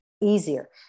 easier